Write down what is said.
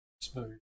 smooth